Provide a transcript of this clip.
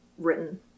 written